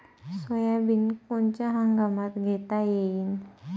Soybean कोनच्या हंगामात घेता येईन?